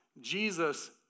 Jesus